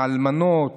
האלמנות,